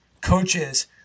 coaches